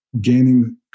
gaining